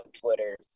twitter